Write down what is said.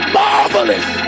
marvelous